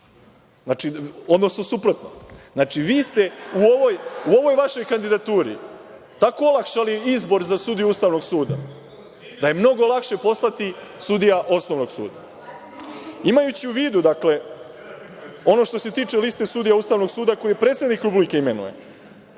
suda, odnosno suprotno. Znači, vi ste u ovoj vašoj kandidaturi tako olakšali izbor za sudiju Ustavnog suda, da je mnogo lakše postati sudija osnovnog suda. Imajući u vidu, dakle, ono što se tiče liste sudija Ustavnog suda koje predsednik Republike imenuje,